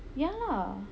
ya lah